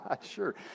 sure